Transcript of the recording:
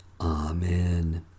Amen